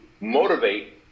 motivate